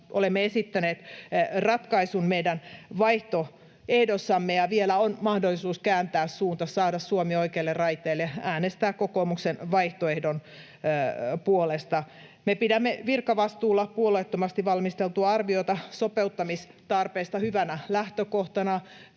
olemme esittäneet ratkaisun meidän vaihtoehdossamme, ja vielä on mahdollisuus kääntää suunta, saada Suomi oikealle raiteelle, äänestää kokoomuksen vaihtoehdon puolesta. Me pidämme virkavastuulla puolueettomasti valmisteltua arviota sopeuttamistarpeesta hyvänä lähtökohtana.